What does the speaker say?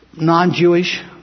non-Jewish